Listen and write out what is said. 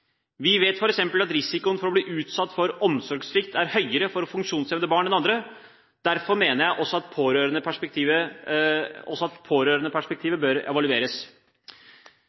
Vi vet f.eks. at risikoen for å bli utsatt for omsorgssvikt er høyere for funksjonshemmede barn enn andre barn. Derfor mener jeg at også